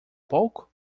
pouco